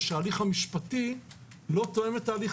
ושההליך המשפטי לא תואם את ההליך